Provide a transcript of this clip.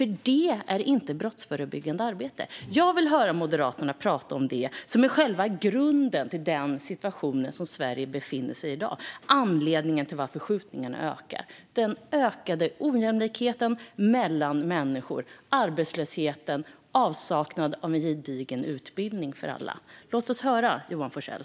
Detta är inte brottsförebyggande arbete. Jag vill höra Moderaterna tala om det som är själva grunden till den situation som Sverige i dag befinner sig i och som är anledningen till att antalet skjutningar ökar. Det handlar om den ökade ojämlikheten mellan människor, om arbetslösheten och om avsaknaden av en gedigen utbildning för alla. Låt oss höra, Johan Forssell!